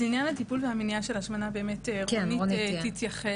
לעניין הטיפול ומניעה של השמנה רונית תתייחס.